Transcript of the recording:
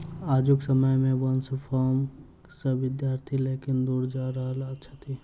आजुक समय मे वंश कर्म सॅ विद्यार्थी लोकनि दूर जा रहल छथि